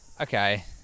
Okay